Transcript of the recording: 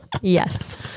Yes